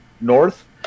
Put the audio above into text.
North